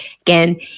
again